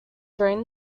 during